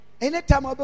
Anytime